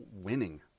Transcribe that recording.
winning